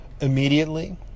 immediately